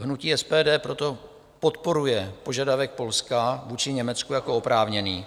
Hnutí SPD proto podporuje požadavek Polska vůči Německu jako oprávněný.